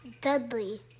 Dudley